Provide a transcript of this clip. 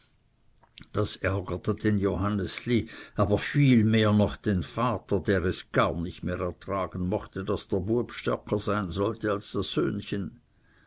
das ärgerte den johannesli aber viel mehr noch den vater der es gar nicht mehr ertragen mochte daß der bueb stärker sein sollte als das söhnchen